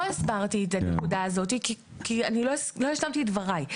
לא הסברתי את נקודה הזאת כי לא השלמתי את דבריי.